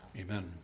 Amen